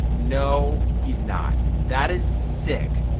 no, he's not. that is sick.